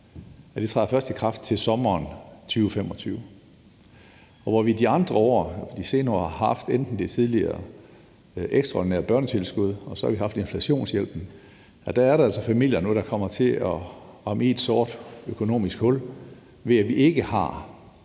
først træder i kraft i sommeren 2025. Hvor vi de senere år har haft enten det tidligere ekstraordinære børnetilskud og inflationshjælpen, så er der altså nu familier, der kommer til havne i et stort økonomisk hul, ved at vi ikke kan